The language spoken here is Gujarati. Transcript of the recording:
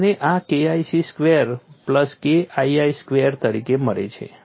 મને આ KIC square plus KII square તરીકે મળે છે